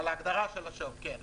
כן.